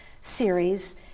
series